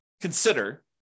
consider